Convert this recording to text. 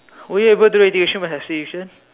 were you able to do integration by substitution